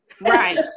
right